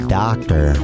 doctor